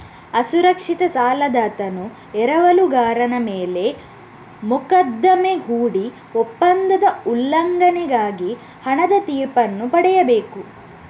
ಅಸುರಕ್ಷಿತ ಸಾಲದಾತನು ಎರವಲುಗಾರನ ಮೇಲೆ ಮೊಕದ್ದಮೆ ಹೂಡಿ ಒಪ್ಪಂದದ ಉಲ್ಲಂಘನೆಗಾಗಿ ಹಣದ ತೀರ್ಪನ್ನು ಪಡೆಯಬೇಕು